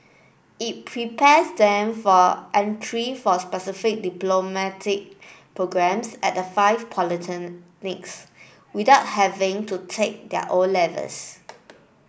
it prepares them for entry for specific diplomatic programmes at the five polytechnics without having to take their O levels